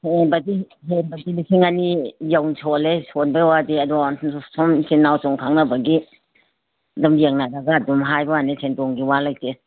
ꯍꯦꯟꯕꯗꯤ ꯂꯤꯁꯤꯡ ꯑꯅꯤ ꯌꯧꯅ ꯁꯣꯜꯂꯦ ꯁꯣꯟꯕꯩ ꯋꯥꯗꯤ ꯑꯗꯣ ꯁꯨꯝ ꯏꯆꯤꯟꯅꯥꯎ ꯁꯨꯝ ꯈꯪꯅꯕꯒꯤ ꯑꯗꯨꯝ ꯌꯦꯡꯅꯔꯒ ꯑꯗꯨꯝ ꯍꯥꯏꯕꯩ ꯋꯥꯅꯤ ꯁꯦꯟꯗꯣꯡꯒꯤ ꯋꯥ ꯂꯩꯇꯦ